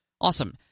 Awesome